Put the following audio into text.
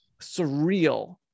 surreal